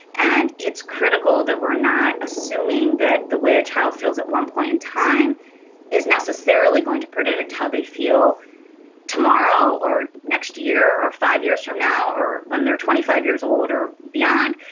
and it's critical that we're not assuming that the way a child feels at one point in time is necessarily going to predict how they feel tomorrow or next year or five years from now or when they're twenty five years old or beyond.